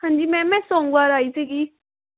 ਹਾਂਜੀ ਮੈਮ ਮੈਂ ਸੋਮਵਾਰ ਆਈ ਸੀਗੀ